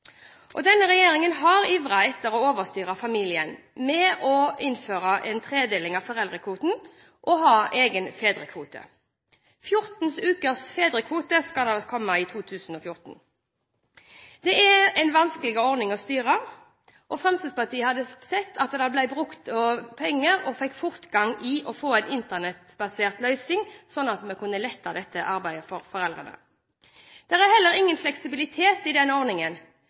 fødselspermisjonen. Denne regjeringen har ivret etter å overstyre familien ved å innføre en tredeling av foreldrekvoten og ha egen fedrekvote. 14 ukers fedrekvote skal komme i 2014. Det er en vanskelig ordning å styre, og Fremskrittspartiet hadde sett at det også ble brukt penger på å få fortgang i en internettbasert løsning, slik at vi kunne lette dette arbeidet for foreldrene. Det er heller ingen fleksibilitet i den ordningen.